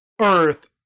Earth